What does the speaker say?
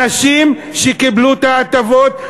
אנשים שקיבלו את ההטבות,